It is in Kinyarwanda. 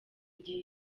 igihe